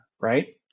right